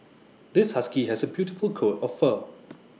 this husky has A beautiful coat of fur